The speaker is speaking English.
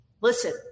listen